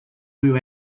will